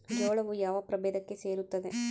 ಜೋಳವು ಯಾವ ಪ್ರಭೇದಕ್ಕೆ ಸೇರುತ್ತದೆ?